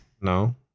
no